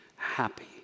happy